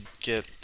get